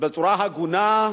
בצורה הגונה,